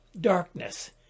Darkness